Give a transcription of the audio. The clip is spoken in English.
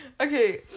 Okay